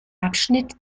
abschnitt